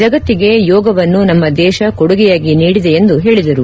ಜಗತ್ತಿಗೆ ಯೋಗವನ್ನು ನಮ್ಮ ದೇಶ ಕೊಡುಗೆಯಾಗಿ ನೀಡಿದೆ ಎಂದು ಹೇಳಿದರು